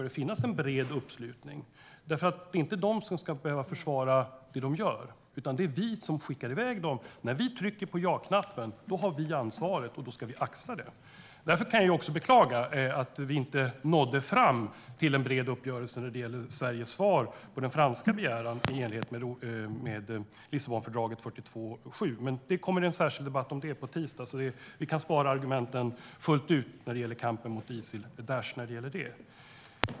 De ska inte behöva försvara det de gör, utan det ska vi som skickar iväg dem. När vi trycker på ja-knappen tar vi ansvaret, och då ska vi axla det. Därför kan jag beklaga att vi inte nådde fram till en bred uppgörelse också när det gällde Sveriges svar på den franska begäran i enlighet med Lissabonfördraget 42.7. Men det kommer en särskild debatt om det på tisdag, så vi kan spara argumenten när det gäller kampen mot Isil eller Daish till dess.